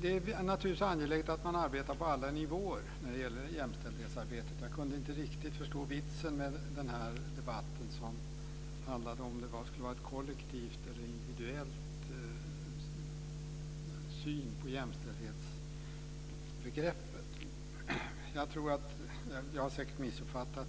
Det är naturligtvis angeläget att arbeta på alla nivåer när det gäller jämställdhetsarbetet. Jag kunde inte riktigt förstå vitsen med debatten om kollektiv eller individuell syn på jämställdhetsbegreppet. Jag har säkert missuppfattat.